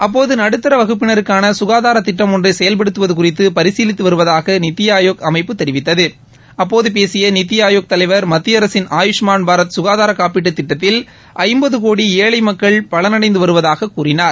அப்போது நடுத்தர வகுப்பினருக்கான ககாதாரத் திட்டம் ஒன்றை செயல்படுத்துவது குறித்து பரிசீலித்து வருவதூக நித்தி ஆயோக் அமைப்பு தெரிவித்தது அப்போது பேசிய நித்தி ஆயோக் தலைவர் மத்திய அரசின் ஆயுஷ்மான் பாரத் சுகாதார காப்பீட்டுத் திட்டத்தில் ஐம்பது கோடி ஏழை மக்கள் பலனடைந்து வருவதாகக் கூறினார்